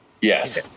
Yes